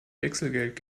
wechselgeld